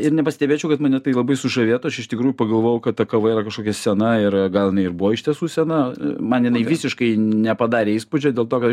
ir nepastebėčiau kad mane tai labai sužavėtų aš iš tikrųjų pagalvojau kad ta kava yra kažkokia sena ir gal jinai ir buvo iš tiesų sena man jinai visiškai nepadarė įspūdžio dėl to kad